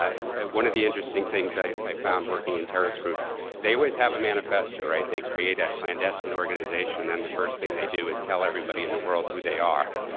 one of the interesting things i i found working in terrorist groups they always have a manifesto, right? they create a clandestine organization and the first thing they do is tell everybody in the world who they are.